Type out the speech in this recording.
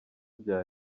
bya